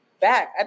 back